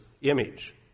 image